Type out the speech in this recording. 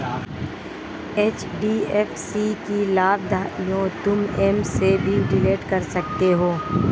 HDFC की लाभार्थियों तुम एप से भी डिलीट कर सकते हो